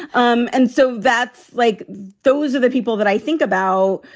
um and so that's like those of the people that i think about.